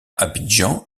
abidjan